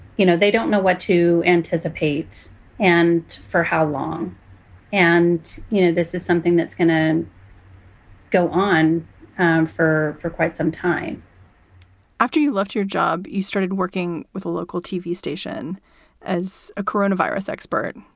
you know, they don't know what to anticipate and for how long and, you know, this is something that's going to go on for for quite some time after you left your job, you started working with a local tv station as a coronavirus expert.